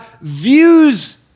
views